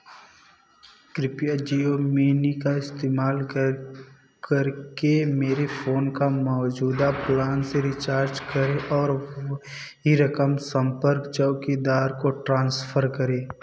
कृपया जियो मिनी का इस्तेमाल कर करके मेरे फ़ोन का मौजूदा प्लान से रिचार्ज करें और वह ही रकम संपर्क चौकीदार को ट्रांसफ़र करें